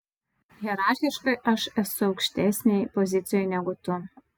hierarchiškai aš esu aukštesnėj pozicijoj negu tu